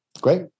Great